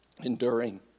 enduring